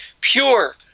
pure